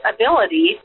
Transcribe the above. ability